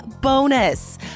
bonus